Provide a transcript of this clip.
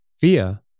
via